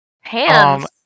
hands